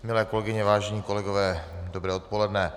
Milé kolegyně, vážení kolegové, dobré odpoledne.